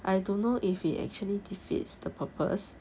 I don't know if it actually defeats the purpose